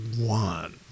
one